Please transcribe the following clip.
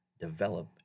develop